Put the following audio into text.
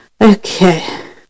Okay